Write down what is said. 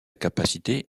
capacité